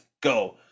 go